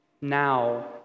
Now